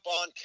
on